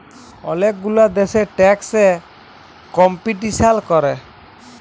ওলেক গুলা দ্যাশে ট্যাক্স এ কম্পিটিশাল ক্যরে